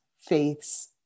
faiths